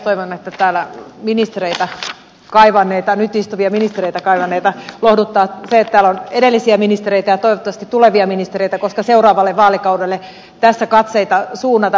toivon että istuvia ministereitä täällä nyt kaivanneita lohduttaa se että täällä on edellisiä ministereitä ja toivottavasti tulevia ministereitä koska seuraavalle vaalikaudelle tässä katseita suunnataan